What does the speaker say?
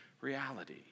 reality